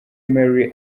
merry